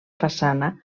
façana